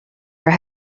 are